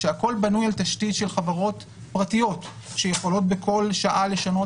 כשהכל בנוי על תשתית של חברות פרטיות שיכולות בכל שעה לשנות